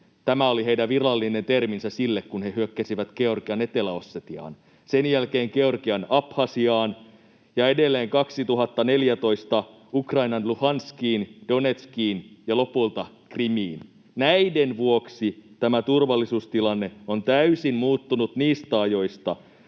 tämä oli heidän virallinen terminsä sille — hyökkäsi Georgian Etelä-Ossetiaan, sen jälkeen Georgian Abhasiaan ja edelleen 2014 Ukrainan Luhanskiin, Donetskiin ja lopulta Krimiin. Näiden vuoksi tämä turvallisuustilanne on täysin muuttunut niistä ajoista,